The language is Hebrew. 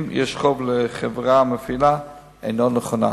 יש חוב לחברה המפעילה אינה נכונה.